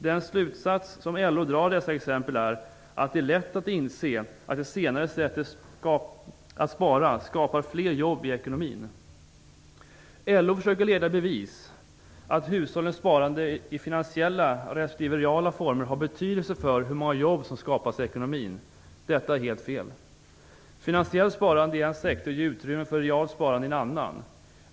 Den slutsats som LO drar av dessa exempel är: "Det är lätt att inse att det senare sättet att spara skapar fler jobb i ekonomin." LO försöker leda i bevis att hushållens sparande i finansiella respektive reala former har betydelse för hur många jobb som skapas i ekonomin. Detta är helt fel. Finansiellt sparande i en sektor ger utrymme för realt sparande i en annan.